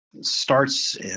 starts